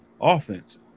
offense